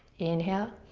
inhale